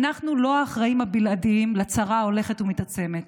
אנחנו לא האחראים הבלעדיים לצרה ההולכת ומתעצמת,